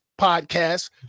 podcast